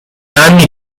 anni